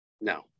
No